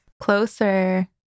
closer